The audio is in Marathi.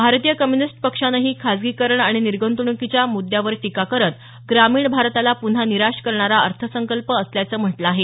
भारतीय कम्युनिस्ट पक्षानेही खासगीकरण आणि निर्गृंतवणुकीच्या मुद्यावर टीका करत ग्रामीण भारताला पुन्हा निराश करणारा अर्थ संकल्प असल्याचं म्हटलं आहे